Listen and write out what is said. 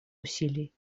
усилий